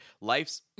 life's